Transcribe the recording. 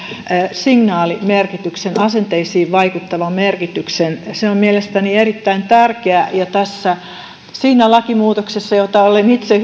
signaalimerkityksen asenteisiin vaikuttavan merkityksen se on mielestäni erittäin tärkeä ja siinä lakimuutoksessa jota olen myöskin itse